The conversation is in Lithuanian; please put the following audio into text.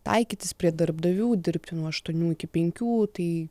taikytis prie darbdavių dirbti nuo aštuonių iki penkių tai